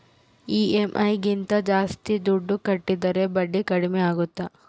EMI ಗಿಂತ ಜಾಸ್ತಿ ದುಡ್ಡು ಕಟ್ಟಿದರೆ ಬಡ್ಡಿ ಕಡಿಮೆ ಆಗುತ್ತಾ?